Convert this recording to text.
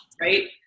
right